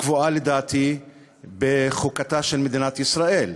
הקבועה לדעתי בחוקתה של מדינת ישראל.